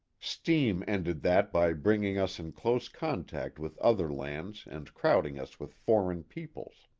steam ended that by bringing us in close contact with other lands and crowd ing us with foreign peoples.